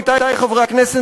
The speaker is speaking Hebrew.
עמיתי חברי הכנסת,